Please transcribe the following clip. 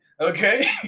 Okay